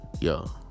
Yo